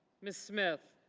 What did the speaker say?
miss smith,